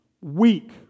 weak